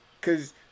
Cause